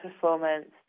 performance